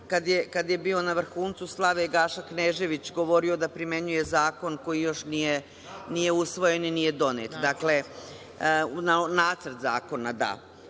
kad je bio na vrhuncu slave, Gaša Knežević govorio, da primenjuje zakon koji još nije usvojen i nije donet, nacrt zakona.